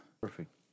Perfect